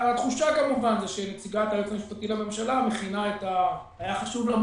התחושה כמובן היא שלנציגת היועץ המשפטי לממשלה היה חשוב מאוד